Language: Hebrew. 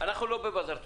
לא בבזאר טורקי.